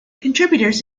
contributors